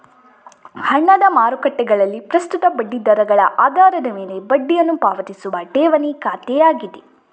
ಹಣದ ಮಾರುಕಟ್ಟೆಗಳಲ್ಲಿ ಪ್ರಸ್ತುತ ಬಡ್ಡಿ ದರಗಳ ಆಧಾರದ ಮೇಲೆ ಬಡ್ಡಿಯನ್ನು ಪಾವತಿಸುವ ಠೇವಣಿ ಖಾತೆಯಾಗಿದೆ